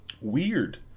weird